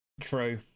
True